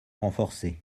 renforcés